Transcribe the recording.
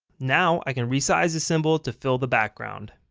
now, i can resize the symbol to fill the background.